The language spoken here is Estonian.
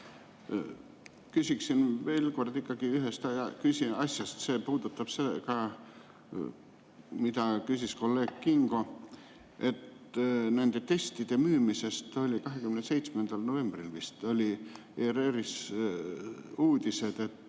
Küsiksin veel kord ikkagi ühe asja kohta. See puudutab seda, mida küsis kolleeg Kingo. Nende testide müümise kohta oli 27. novembril vist ERR-is uudis, et